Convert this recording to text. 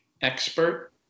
expert